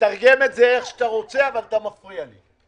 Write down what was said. תתרגם את זה איך שאתה רוצה, אבל אתה מפריע לי.